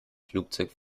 flugzeug